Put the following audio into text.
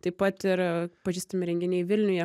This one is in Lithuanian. taip pat ir pažįstami renginiai vilniuje